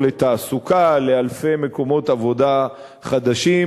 לתעסוקה ולאלפי מקומות עבודה חדשים